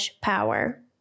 power